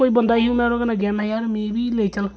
कोई बंदा ही में ओह्दे कन्नै गेआ में आखेआ मी बी लेई चल